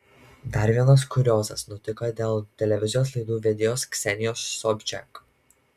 dar vienas kuriozas nutiko dėl televizijos laidų vedėjos ksenijos sobčiak